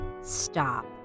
stop